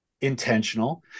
intentional